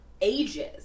ages